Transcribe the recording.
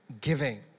giving